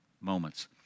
moments